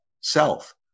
self